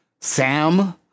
Sam